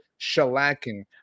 shellacking